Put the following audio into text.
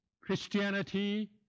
Christianity